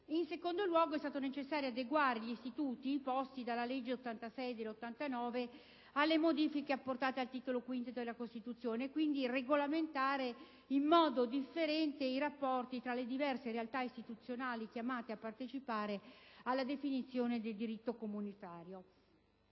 In secondo luogo, è stato necessario adeguare gli istituti posti dalla legge n. 86 del 1989 alle modifiche apportate al Titolo V della Costituzione e, quindi, regolamentare in modo differente i rapporti tra le diverse realtà istituzionali chiamate a partecipare alla definizione del diritto comunitario.